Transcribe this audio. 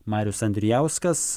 marius andrijauskas